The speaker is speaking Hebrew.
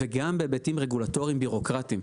וגם בהיבטים רגולטוריים ביורוקרטיים,